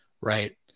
right